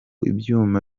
ibyuma